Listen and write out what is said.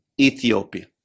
Ethiopia